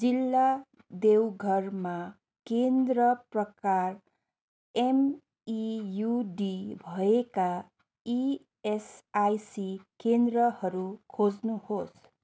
जिल्ला देवघरमा केन्द्र प्रकार एमइयुडी भएका इएसआइसी केन्द्रहरू खोज्नुहोस्